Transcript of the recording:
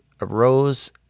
arose